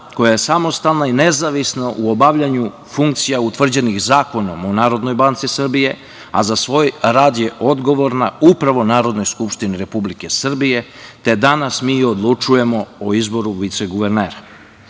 koja je samostalna i nezavisna u obavljanju funkcija utvrđenih Zakonom o NBS, a za svoj rad je odgovorna upravo Narodnoj skupštini Republike Srbije, te danas mi odlučujemo o izboru viceguvernera. Naravno,